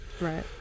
Right